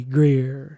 Greer